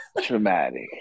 Traumatic